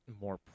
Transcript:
more